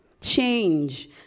Change